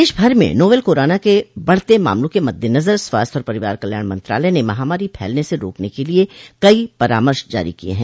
देशभर में novel corona के बढ़ते मामलों के मद्देनजर स्वास्थ्य और परिवार कल्याण मंत्रालय ने महामारी फैलने से रोकने के लिए कई परामर्श जारी किए हैं